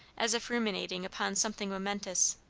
as if ruminating upon something momentous.